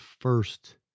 first